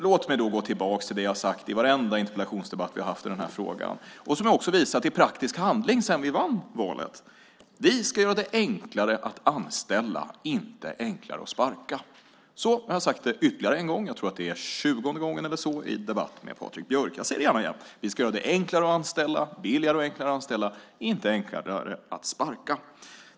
Låt mig då gå tillbaks till det som jag har sagt i varenda interpellationsdebatt som vi har haft i den här frågan, och som jag också har visat i praktiskt handling sedan vi vann valet. Vi ska göra det enklare att anställa, inte enklare att sparka. Så, nu har jag sagt det ytterligare en gång. Jag tror att det är tjugonde gången eller så i debatt med Patrik Björck. Jag säger det gärna igen: Vi ska göra det billigare och enklare att anställa, inte enklare att sparka.